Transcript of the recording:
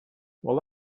well